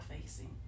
facing